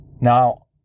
Now